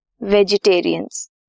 vegetarians